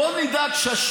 תענה, בבקשה.